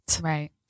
Right